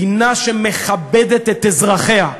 מדינה שמכבדת את אזרחיה,